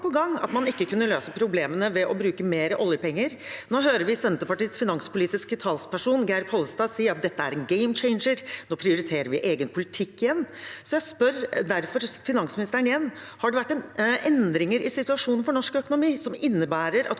på gang at man ikke kunne løse problemene ved å bruke mer oljepenger. Nå hører vi Senterpartiets finanspolitiske talsperson, Geir Pollestad, si at dette er en «game changer», at nå prioriterer man igjen egen politikk. Jeg spør derfor finansministeren igjen: Har det vært endringer i situasjonen for norsk økonomi som innebærer at